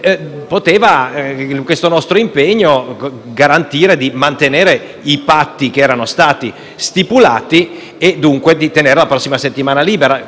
Questo nostro impegno poteva garantire di mantenere i patti che erano stati stipulati e dunque di tenere la prossima settimana libera.